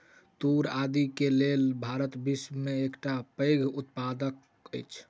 तूर आदि के लेल भारत विश्व में एकटा पैघ उत्पादक अछि